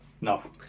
No